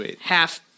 half